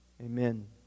Amen